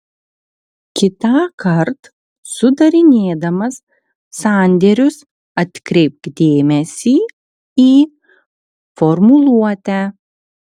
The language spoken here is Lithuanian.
kitąkart sudarinėdamas sandėrius atkreipk dėmesį į formuluotę